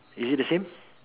is it the same